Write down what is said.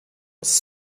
was